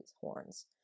horns